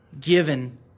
given